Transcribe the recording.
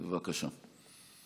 בבקשה.